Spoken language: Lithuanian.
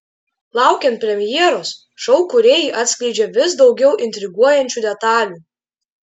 laukiant premjeros šou kūrėjai atskleidžia vis daugiau intriguojančių detalių